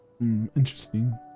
Interesting